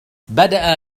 بدأ